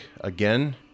again